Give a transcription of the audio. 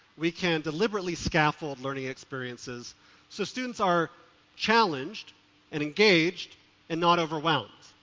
we can deliberately scaffold learning experiences so students are challenged and engaged and not overwhelmed.